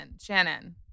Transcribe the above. Shannon